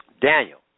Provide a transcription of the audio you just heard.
Daniel